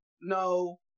no